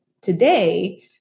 today